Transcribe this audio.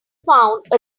found